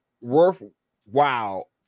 worthwhile